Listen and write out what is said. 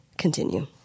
Continue